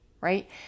right